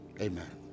amen